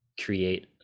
create